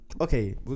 okay